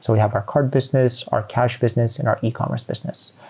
so we have our card business, our cash business and our ecommerce business.